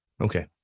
Okay